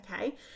Okay